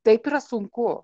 taip yra sunku